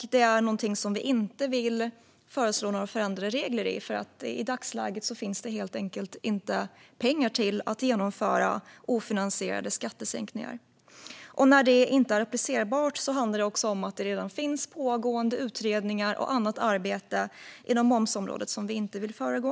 Detta är något som vi inte vill föreslå några förändrade regler för, för i dagsläget finns det helt enkelt inte pengar till att genomföra ofinansierade skattesänkningar. I de fall där detta inte är applicerbart handlar det om att det redan finns pågående utredningar och annat arbete inom momsområdet som vi inte vill föregå.